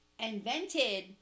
Invented